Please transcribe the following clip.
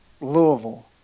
Louisville